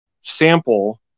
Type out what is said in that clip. sample